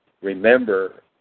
remember